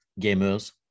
gamers